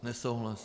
Nesouhlas.